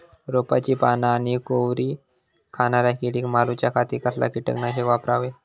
रोपाची पाना आनी कोवरी खाणाऱ्या किडीक मारूच्या खाती कसला किटकनाशक वापरावे?